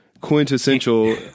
quintessential